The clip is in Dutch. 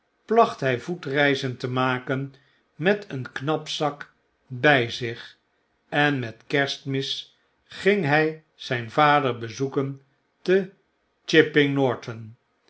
placht hij voetreizen te maken met een knapzak by zich en met kerstmis ging hy zyn vader bezoekente